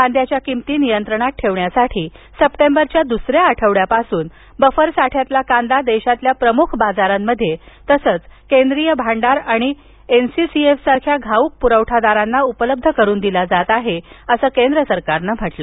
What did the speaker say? कांद्याच्या किमती नियंत्रणात ठेवण्यासाठी सप्टेंबरच्या दुसऱ्या आठवड्यापासून बफर साठ्यातील कांदा देशातील प्रमुख बाजारांमध्ये तसंच केंद्रीय भांडार आणि एनसीसीएफ सारख्या घाऊक पुरवठादारांना उपलब्ध करून दिला जात आहे असं केंद्रानं सांगितलं